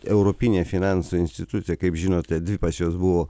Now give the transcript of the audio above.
europinė finansų institucija kaip žinote dvi pas juos buvo